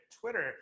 Twitter